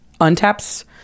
untaps